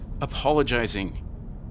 apologizing